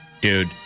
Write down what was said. dude